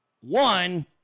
One